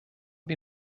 wir